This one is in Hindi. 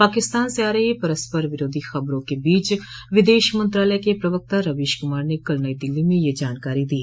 पाकिस्तान से आ रही परस्पर विरोधी खबरों के बीच विदेश मंत्रालय के प्रवक्ता रवीश कुमार ने कल नई दिल्ली में यह जानकारी दी